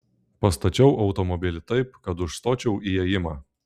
pastačiau automobilį taip kad užstočiau įėjimą